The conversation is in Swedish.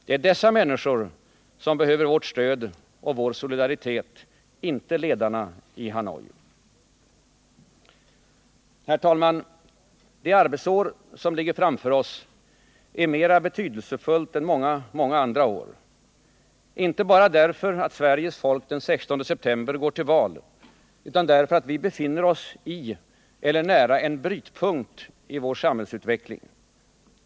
Det är dessa människor som behöver vårt stöd och vår solidaritet, inte ledarna i Hanoi. Herr talman! Det arbetsår som ligger framför oss är mera betydelsefullt än många, många andra år. Det är betydelsefullt inte därför att Sveriges folk den 16 september går till val utan därför att vi befinner oss i eller nära en brytpunkt i vår samhällsutveckling.